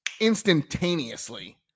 instantaneously